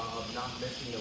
not missing